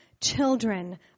children